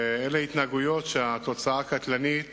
אלה התנהגויות שהתוצאה הקטלנית